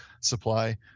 supply